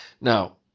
Now